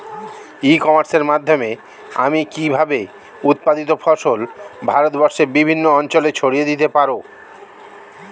ই কমার্সের মাধ্যমে আমি কিভাবে উৎপাদিত ফসল ভারতবর্ষে বিভিন্ন অঞ্চলে ছড়িয়ে দিতে পারো?